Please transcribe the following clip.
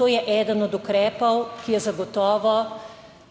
To je eden od ukrepov, ki je zagotovo